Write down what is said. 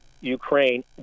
Ukraine